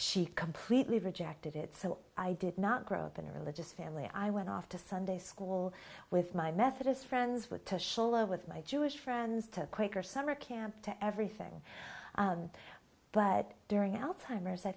she completely rejected it so i did not grow up in a religious family i went off to sunday school with my methodist friends with the shalom with my jewish friends to quaker summer camp to everything but during out timers i